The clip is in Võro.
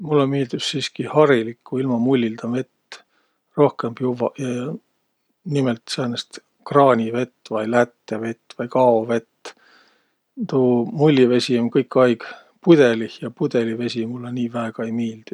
Mullõ miildüs siski harilikku, ilma mullilda vett rohkõmb juvvaq ja nimelt säänest kraanivett vai lättevett vai kaovett. Tuu mullivesi um kõik aig pudõlih ja pudõlivesi mullõ nii väega ei miildüq.